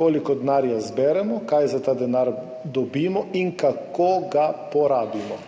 koliko denarja zberemo, kaj za ta denar dobimo in kako ga porabimo.